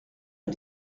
est